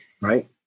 right